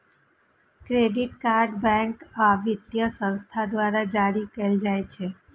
credit card bank आ वित्तीय संस्थान द्वारा जारी कैल जाइ छै